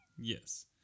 Yes